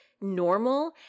normal